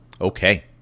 Okay